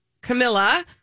camilla